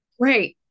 Great